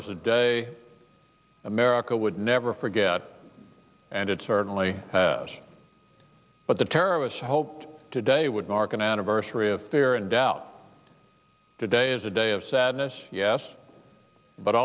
is a day america would never forget and it certainly has what the terrorists hoped today would mark an anniversary of fear and doubt today is a day of sadness yes but